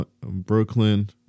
brooklyn